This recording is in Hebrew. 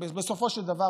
בסופו של דבר,